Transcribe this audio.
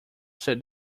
said